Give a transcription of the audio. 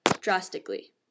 drastically